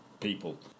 people